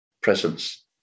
presence